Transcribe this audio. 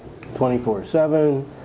24-7